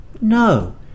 no